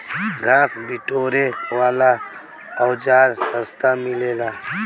घास बिटोरे वाला औज़ार सस्ता मिलेला